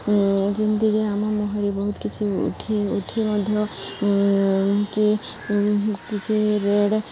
ଯେମିତିକି ଆମ ମୁହଁରେ ବହୁତ କିଛି ଉଠି ଉଠି ମଧ୍ୟ କି କିଛି ରେଡ଼୍